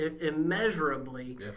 immeasurably